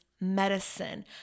medicine